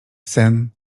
sen